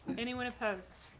anyone opposed?